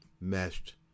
meshed